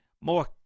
more